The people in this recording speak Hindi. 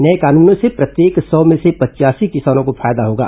नए कानूनों से प्रत्येक सौ में से पचयासी किसानों को फायदा होगा